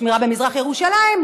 לשמירה במזרח ירושלים,